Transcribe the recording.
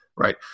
Right